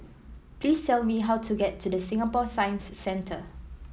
please tell me how to get to The Singapore Science Centre